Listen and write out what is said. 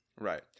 Right